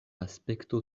aspekto